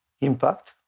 impact